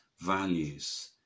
values